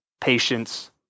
patience